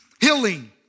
healing